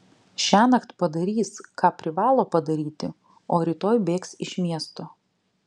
šiąnakt padarys ką privalo padaryti o rytoj bėgs iš miesto